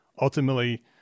ultimately